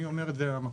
אני אומר את זה כ-NGO,